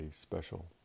special